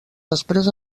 després